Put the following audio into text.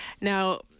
now